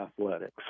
athletics